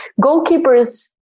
goalkeepers